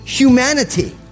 humanity